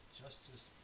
justice